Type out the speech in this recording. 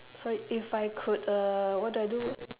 sorry if I could uh what do I do